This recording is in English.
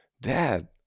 Dad